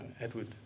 Edward